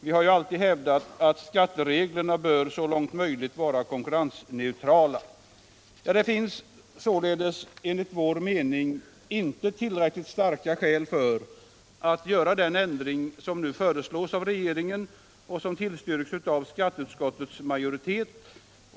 Vi har ju alltid hävdat att skattereglerna så långt möjligt bör vara konkurrensneutrala. Det finns således, enligt vår mening, inte tillräckligt starka skäl för att göra den ändring som nu föreslås av regeringen och som tillstyrkts av skatteut skottets majoritet.